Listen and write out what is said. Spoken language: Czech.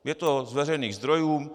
Je to z veřejných zdrojů.